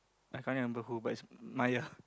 I can't remember who but it's Maya